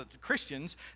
Christians